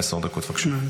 עשר דקות, בבקשה.